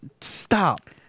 stop